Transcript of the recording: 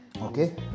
okay